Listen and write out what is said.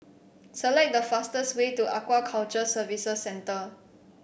select the fastest way to Aquaculture Services Centre